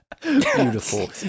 beautiful